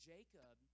Jacob